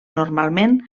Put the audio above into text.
normalment